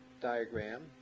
diagram